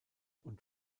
und